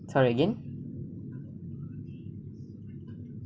sorry again